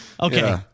Okay